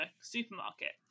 supermarket